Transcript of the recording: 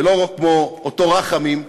ולא כמו אותו רחמים,